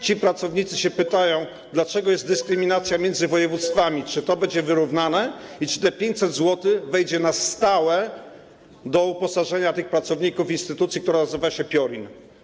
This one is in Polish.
Ci pracownicy pytają, dlaczego jest dyskryminacja między województwami, czy to będzie wyrównane i czy te 500 zł wejdzie na stałe do uposażenia tych pracowników instytucji, która nazywa się PIORiN.